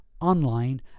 online